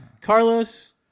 Carlos